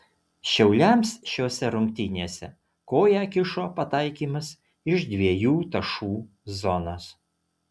šiauliams šiose rungtynėse koją kišo pataikymas iš dviejų tašų zonos